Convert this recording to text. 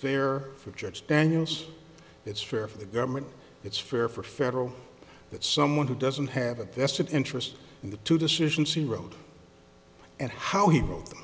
fair for jets daniels it's fair for the government it's fair for federal that someone who doesn't have a vested interest in the two decisions he wrote and how he is